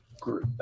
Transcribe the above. group